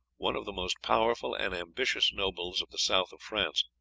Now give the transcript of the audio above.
one of the most powerful and ambitious nobles of the south of france,